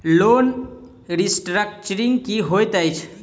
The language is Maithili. लोन रीस्ट्रक्चरिंग की होइत अछि?